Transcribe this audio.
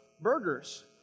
burgers